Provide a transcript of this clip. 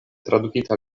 tradukita